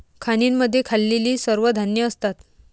खाणींमध्ये खाल्लेली सर्व धान्ये असतात